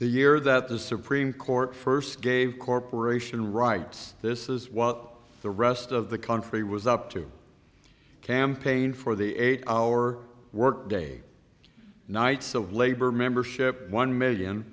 the year that the supreme court first gave corporation rights this is while the rest of the country was up to campaign for the eight hour workday nights of labor membership one million